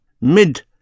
mid